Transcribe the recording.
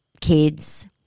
kids